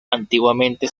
antiguamente